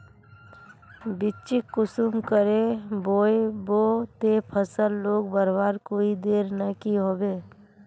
बिच्चिक कुंसम करे बोई बो ते फसल लोक बढ़वार कोई देर नी होबे?